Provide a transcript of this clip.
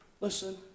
Listen